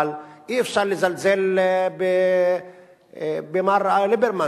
אבל אי-אפשר לזלזל במר ליברמן.